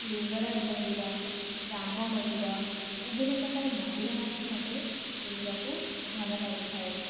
ଲିଙ୍କରାଜା ମନ୍ଦିର ରାମ ମନ୍ଦିର ବିଭିନ୍ନ ପ୍ରକାର ମନ୍ଦିର ମଧ୍ୟ ମତେ ବୁଲିବାକୁ ଭଲ ଲାଗିଥାଏ